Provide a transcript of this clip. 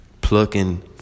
plucking